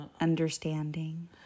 Understanding